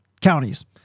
counties